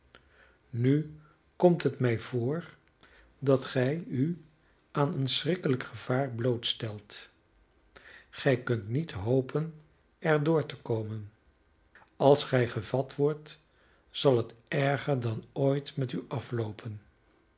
nu komt het mij voor dat gij u aan een schrikkelijk gevaar blootstelt gij kunt niet hopen er door te komen als gij gevat wordt zal het erger dan ooit met u afloopen